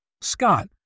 Scott